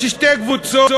יש שתי קבוצות,